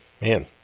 man